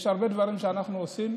יש הרבה דברים שאנחנו עושים,